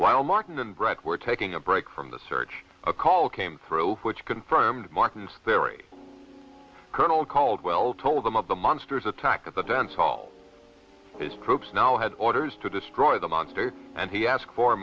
while martin and brett were taking a break from the search a call came through which confirmed martin scary colonel caldwell told them of the monsters attack at the dance hall his troops now had orders to destroy the monster and he asked for